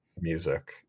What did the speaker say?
music